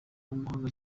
w’umuhanga